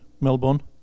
Melbourne